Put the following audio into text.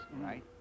right